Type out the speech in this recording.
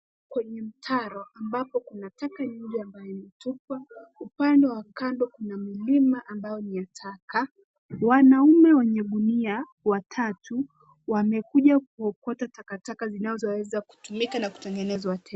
Kwenye mtaro, ambapo kuna taka nyingi ambayo imetupwa. Upande wa kando kuna milima ambayo ni ya taka. Wanaume wenye gunia, watatu, wamekuja kuokota takataka zinazoweza kutumika na kutengenezwa tena.